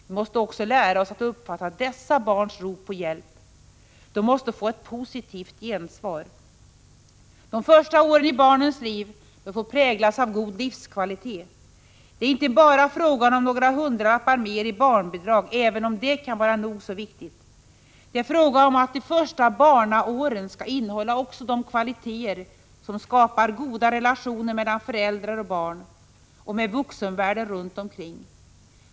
Vi måste också lära oss att uppfatta dessa barns rop på hjälp. De måste få ett positivt gensvar. De första åren i barnens liv bör få präglas av god livskvalitet. Det är inte bara fråga om några hundralappar mer i barnbidrag, även om det kan vara nogså viktigt. Det är fråga om att de första barnaåren skall innehålla också de kvaliteter som skapar goda relationer mellan föräldrar och barn och med vuxenvärlden runt omkring.